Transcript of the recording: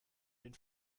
den